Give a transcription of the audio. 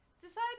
decide